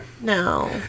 No